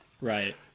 Right